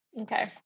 Okay